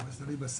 זה תלוי בשר.